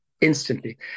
instantly